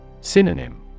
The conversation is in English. Synonym